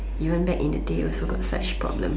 even back in the day also got such problem